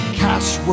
cash